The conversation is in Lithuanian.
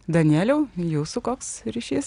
danieliau jūsų koks ryšys